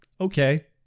Okay